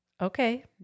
Okay